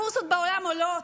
הבורסות בעולם עולות,